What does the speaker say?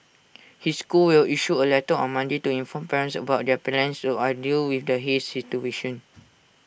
his school will issue A letter on Monday to inform parents about their plans to ideal with the haze situation